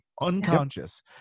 unconscious